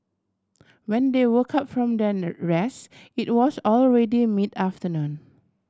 when they woke up from their rest it was already mid afternoon